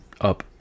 up